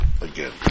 again